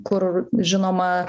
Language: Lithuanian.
kur žinoma